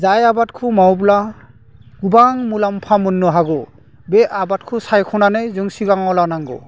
जाय आबादखौ मावब्ला गोबां मुलाम्फा मोन्नो हागौ बे आबादखौ सायख'नानै जों सिगाङाव लानांगौ